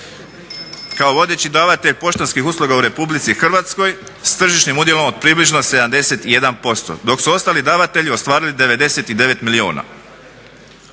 kao vladajući davatelj poštanskih usluga u RH s tržišnim udjelom od približno 71% dok su ostali davatelji ostvarili 99 milijuna.